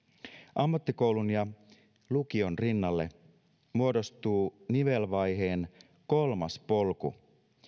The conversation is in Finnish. ammattikoulun ja lukion rinnalle muodostuu nivelvaiheen kolmas polku